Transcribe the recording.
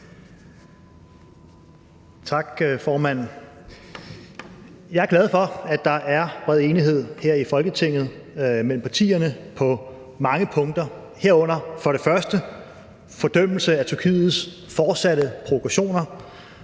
Jeg er glad for, at der er bred enighed her i Folketinget mellem partierne på mange punkter, herunder for det første en fordømmelse af Tyrkiets fortsatte provokationer,